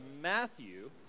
Matthew